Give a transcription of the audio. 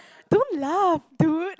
don't laugh dude